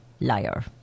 liar